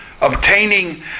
obtaining